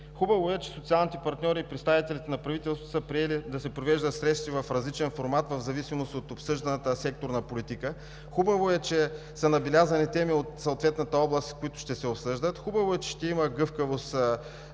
Хубаво е, че социалните партньори и представителите на правителството са приели да се провеждат срещи в различен формат в зависимост от обсъжданата секторна политика, хубаво е, че са набелязани теми от съответната област, които ще се обсъждат, хубаво е, че ще има гъвкавост и